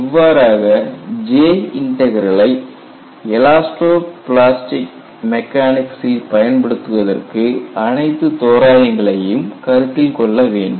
இவ்வாறாக J இன்டக்ரலை elasto plastic மெக்கானிக் சில் பயன்படுத்துவதற்கு அனைத்து தோராயங்களையும் கருத்தில் கொள்ள வேண்டும்